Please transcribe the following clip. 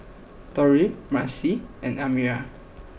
Tori Marci and Amira